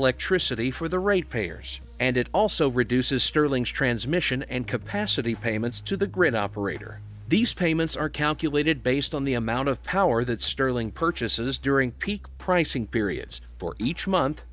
electricity for the rate payers and it also reduces sterling's transmission and capacity payments to the grid operator these payments are calculated based on the amount of power that sterling purchases during peak pricing periods for each month